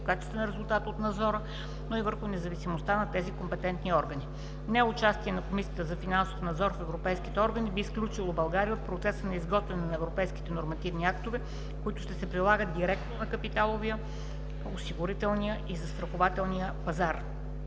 висококачествени резултати от надзора, но и върху независимостта на тези компетентни органи. Неучастие на Комисията за финансов надзор в европейските органи би изключило България от процеса на изготвяне на европейските нормативните актове, които ще се прилагат директно на капиталовия, осигурителния и застрахователния ни пазар.